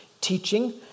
teaching